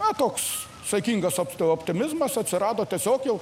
na toks saikingas opti optimizmas atsirado tiesiog jau